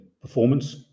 performance